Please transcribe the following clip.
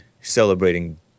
celebrating